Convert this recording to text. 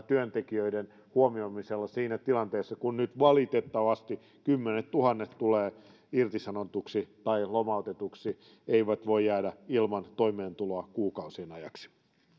työntekijöiden huomioimisella siinä tilanteessa kun nyt valitettavasti kymmenettuhannet tulevat irtisanotuiksi tai lomautetuiksi eivät he voi jäädä ilman toimeentuloa kuukausien ajaksi